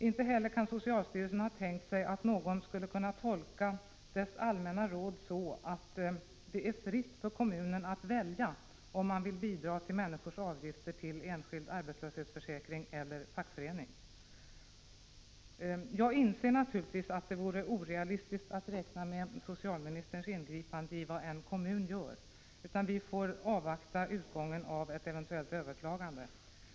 Inte heller kan socialstyrelsen ha tänkt sig att någon skulle kunna tolka dess allmänna råd så, att det står kommunen fritt att välja om den vill bidra till människors Jag inser naturligtvis att det vore orealistiskt att räkna med socialminis — 12 december 1985 terns ingripande i vad en kommun gör. Vi får avvakta utgången av ett eventuellt överklagande.